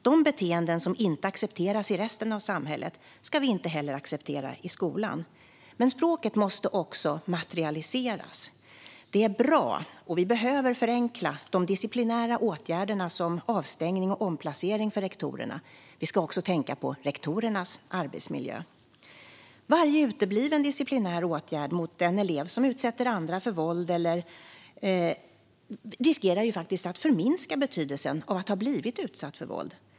De beteenden som inte accepteras i resten av samhället ska vi inte heller acceptera i skolan. Men språket måste också materialiseras. Det är bra, och vi behöver förenkla de disciplinära åtgärderna, som avstängning och omplacering, för rektorerna. Vi ska också tänka på rektorernas arbetsmiljö. Varje utebliven disciplinär åtgärd mot en elev som utsätter andra för våld riskerar faktiskt att förminska betydelsen av att ha blivit utsatt för våld.